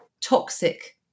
toxic